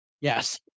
Yes